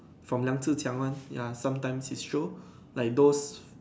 from 梁智强:Liang Zhi Qiang one ya sometimes his show like those